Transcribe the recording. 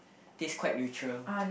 taste quite neutral